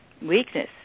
weakness